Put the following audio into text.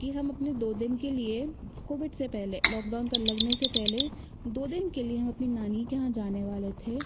कि हम अपने दो दिन के लिए कोविड से पहले लॉकडाउन का लगने से पहले दो दिन के लिए हम अपनी नानी के यहाँ जाने वाले थे